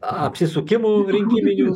apsisukimų rinkiminių